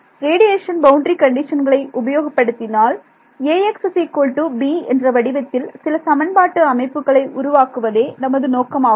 radiation boundary கண்டிஷன்களை உபயோகப்படுத்தினால் என்ற வடிவத்தில் சில சமன்பாட்டு அமைப்புக்களை உருவாக்குவதே நமது நோக்கமாகும்